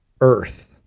earth